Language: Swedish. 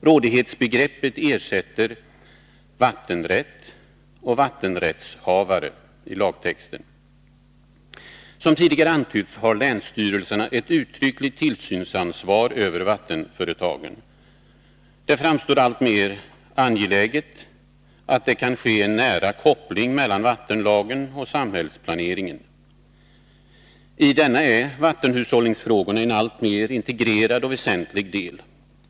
Rådighetsbegreppet ersätter ”vattenrätt” och ”vattenrättshavare” i lagtexten. Som tidigare antytts har länsstyrelserna ett uttryckligt tillsynsansvar över vattenföretagen. Det framstår som alltmer angeläget att det kan ske en nära koppling mellan vattenlagen och samhällsplaneringen. I denna är vattenhushållningsfrågorna en alltmer integrerad och väsentlig del.